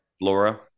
laura